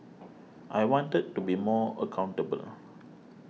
I wanted to be more accountable